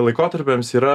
laikotarpiams yra